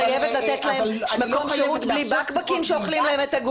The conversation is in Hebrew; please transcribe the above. את חייבת לתת להם מקום שהות בלי בקבקים שאוכלים להם את הגוף.